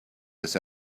this